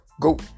go